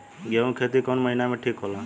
गेहूं के खेती कौन महीना में ठीक होला?